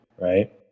right